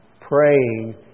praying